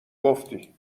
گفتی